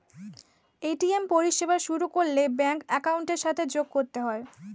ATM পরিষেবা শুরু করলে ব্যাঙ্ক অ্যাকাউন্টের সাথে যোগ করতে হয়